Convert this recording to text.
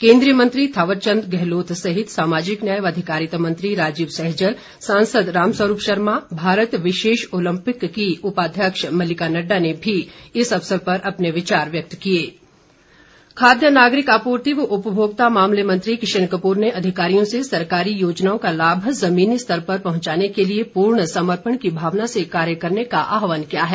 केंद्रीय मंत्री थावर चंद गहलोत सहित सामाजिक न्याय व अधिकारिता मंत्री राजीव सहजल सांसद रामस्वरूप शर्मा भारत विशेष ऑलम्पिक की उपाध्यक्ष मलिका नड्डा ने भी इस अवसर पर अपने विचार व्यक्त किए किशन कपूर खाद्य नागरिक आपूर्ति व उपभोक्ता मामले मंत्री किशन कपूर ने अधिकारियों से सरकारी योजनाओं का लाभ जमीनी स्तर पर पहंचाने के लिए पूर्ण समर्पण की भावना से कार्य करने का आहवान किया है